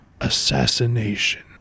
Assassination